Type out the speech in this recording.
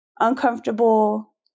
uncomfortable